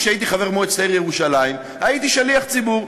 כשאני הייתי חבר מועצת העיר ירושלים הייתי שליח ציבור.